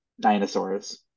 dinosaurs